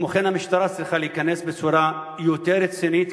כמו כן, המשטרה צריכה להיכנס בצורה יותר רצינית